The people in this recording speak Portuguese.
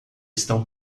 estão